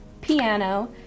piano